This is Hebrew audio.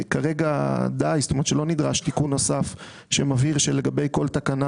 התקיימה נסיבה מהנסיבות כמפורט להלן לגבי חבר המועצה,